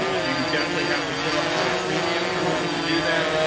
you definitely have to put up more premium in order to do that,